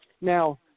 now